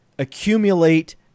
Accumulate